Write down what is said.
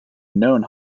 known